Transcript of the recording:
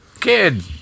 Kid